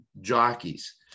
jockeys